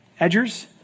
edgers